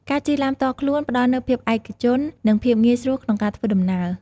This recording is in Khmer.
ការជិះឡានផ្ទាល់ខ្លួនផ្តល់នូវភាពឯកជន និងភាពងាយស្រួលក្នុងការធ្វើដំណើរ។